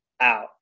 out